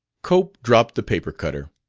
cope dropped the paper-cutter.